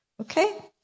Okay